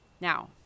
now